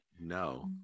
No